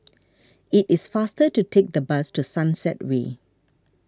it is faster to take the bus to Sunset Way